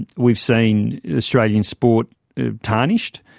we've seen australian sport tarnished,